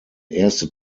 erste